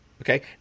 Okay